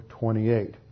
28